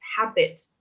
habit